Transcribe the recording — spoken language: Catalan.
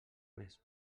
més